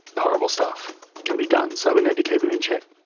horrible stuff can be done, so we need to keep them in check.